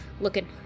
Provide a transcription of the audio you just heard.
looking